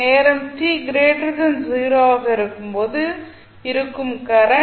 நேரம் t 0 ஆக இருக்கும் போது இருக்கும் கரண்ட்